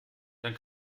dann